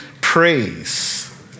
praise